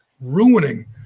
ruining